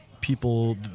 people